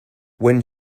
when